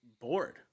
bored